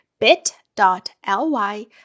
bit.ly